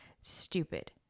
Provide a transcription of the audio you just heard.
Stupid